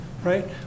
Right